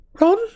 Ron